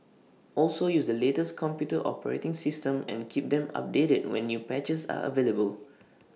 also use the latest computer operating system and keep them updated when new patches are available